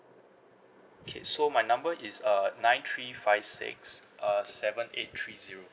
okay so my number is uh nine three five six uh seven eight three zero